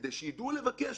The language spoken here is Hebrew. כדי שיידעו לבקש,